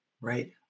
right